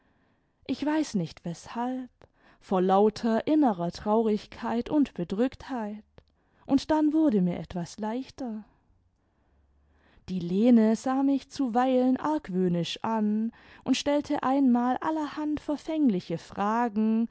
ich weiß nicht weshalb vor lauter innerer traurigkeit und bedrücktheit und dann wurde mir etwas leichter die lene sah mich zuweilen argwöhnisch an und stellte einmal allerhand verfängliche fragen